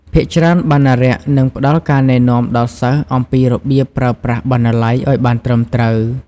ភាគច្រើន បណ្ណារក្សនឹងផ្ដល់ការណែនាំដល់សិស្សអំពីរបៀបប្រើប្រាស់បណ្ណាល័យឱ្យបានត្រឹមត្រូវ។